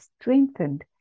strengthened